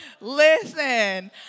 Listen